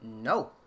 no